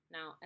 Now